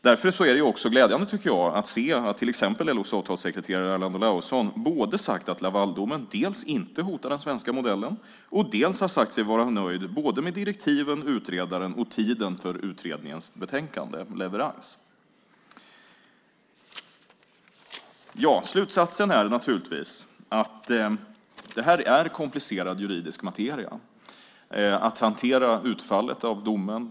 Därför är det också glädjande att se att till exempel LO:s avtalssekreterare Erland Olauson har sagt att Lavaldomen inte hotar den svenska modellen. Han har också sagt sig vara nöjd med direktiven, utredaren och tidpunkten för framläggandet av utredningens betänkande. Slutsatsen är naturligtvis att det är en komplicerad juridisk materia att hantera utfallet av domen.